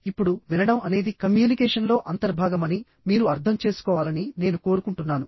ఇప్పుడు వినడం అనేది కమ్యూనికేషన్లో అంతర్భాగమని మీరు అర్థం చేసుకోవాలని నేను కోరుకుంటున్నాను